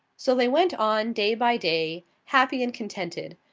so they went on, day by day, happy and contented.